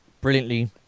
brilliantly